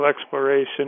exploration